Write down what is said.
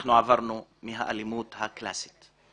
אנחנו עברנו מהאלימות הקלאסית.